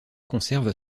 conserve